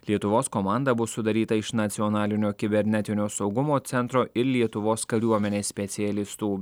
lietuvos komanda bus sudaryta iš nacionalinio kibernetinio saugumo centro ir lietuvos kariuomenės specialistų